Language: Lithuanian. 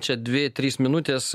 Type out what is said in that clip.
čia dvi trys minutės